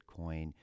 Bitcoin